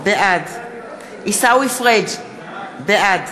בעד עיסאווי פריג' בעד